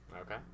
Okay